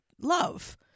love